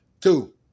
Two